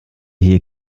hier